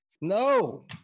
No